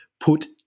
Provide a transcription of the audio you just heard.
Put